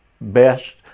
best